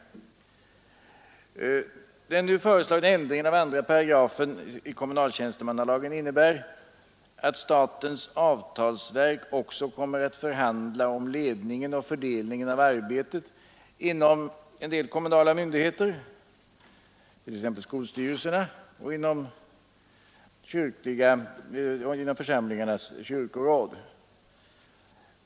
Den nu föreslagna ändringen av 2 § kommunaltjänstemannalagen innebär att statens avtalsverk också kommer att förhandla om ledningen och fördelningen av arbetet inom en del kommunala myndigheter, t.ex. skolstyrelsen och församlingarnas kyrkoråd.